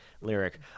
lyric